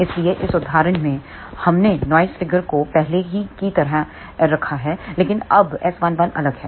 इसलिए इस उदाहरण में हमने नॉइस फिगर को पहले की तरह रखा है लेकिन अब S11 अलग है